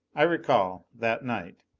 i recall, that night,